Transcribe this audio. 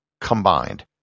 combined